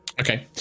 Okay